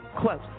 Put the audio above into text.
Quote